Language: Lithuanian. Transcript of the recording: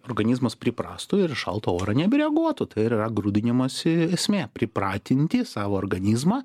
organizmas priprastų ir į šaltą orą nebereaguotų tai yra grūdinimasi esmė pripratinti savo organizmą